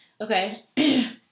Okay